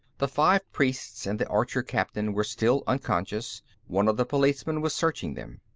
the five priests and the archer-captain were still unconscious one of the policemen was searching them.